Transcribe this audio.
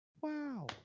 Wow